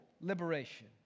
liberation